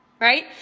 right